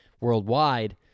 worldwide